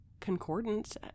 concordance